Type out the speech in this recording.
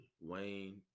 Wayne